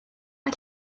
mae